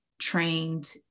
trained